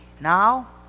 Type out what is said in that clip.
now